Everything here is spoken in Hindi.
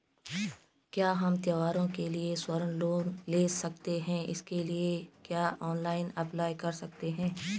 क्या हम त्यौहारों के लिए स्वर्ण लोन ले सकते हैं इसके लिए क्या ऑनलाइन अप्लाई कर सकते हैं?